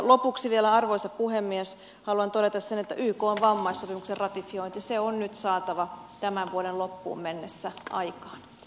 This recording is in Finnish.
lopuksi vielä arvoisa puhemies haluan todeta että ykn vammaissopimuksen ratifiointi on nyt saatava tämän vuoden loppuun mennessä aikaan